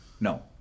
No